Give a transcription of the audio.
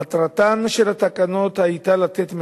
מטרתן של התקנות היתה לתת,